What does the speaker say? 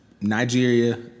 Nigeria